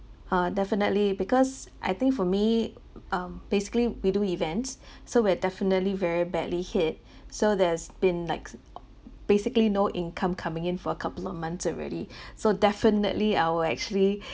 ah definitely because I think for me um basically we do events so we're definitely very badly hit so there's been likes basically no income coming in for a couple of months already so definitely I will actually